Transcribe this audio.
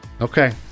Okay